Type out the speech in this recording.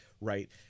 right